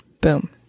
Boom